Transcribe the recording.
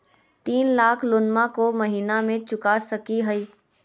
तीन लाख लोनमा को महीना मे चुका सकी हय?